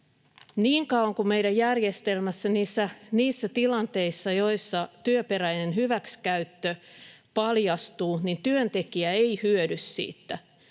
Niin kauan kuin meidän järjestelmässämme niissä tilanteissa, joissa työperäinen hyväksikäyttö paljastuu, työntekijä ei hyödy siitä,